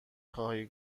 خواهی